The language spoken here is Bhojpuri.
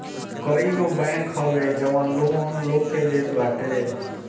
कईगो बैंक हवे जवन लोन लोग के देत बाटे